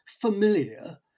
familiar